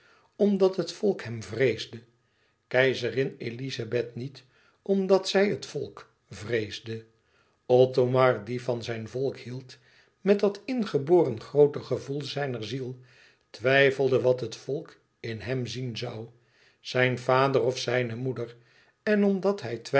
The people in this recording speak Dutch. omdat het volk hem vreesde keizerin elizabeth niet e ids aargang omdat zij het volk vreesde othomar die van zijn volk hield met dat ingeboren groote gevoel zijner ziel twijfelde wat het volk in hem zien zoû zijn vader of zijne moeder en omdat hij